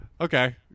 Okay